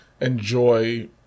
enjoy